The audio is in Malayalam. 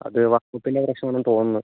അത് വാം അപ്പിൻ്റെ പ്രശ്നമാണെന്ന് തോന്നുന്നു